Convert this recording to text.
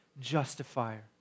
justifier